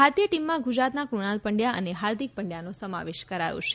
ભારતીય ટીમમાં ગુજરાતના ફણાલ પંડયા અને હાર્દિક પંડયાનો સમાવેશ કરાયો છે